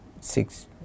six